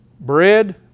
Bread